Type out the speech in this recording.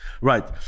Right